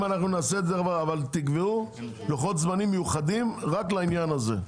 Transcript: אם אנחנו נעשה את זה אבל תקבעו לוחות זמנים מיוחדים רק לעניין הזה,